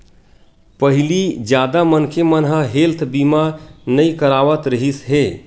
पहिली जादा मनखे मन ह हेल्थ बीमा नइ करवात रिहिस हे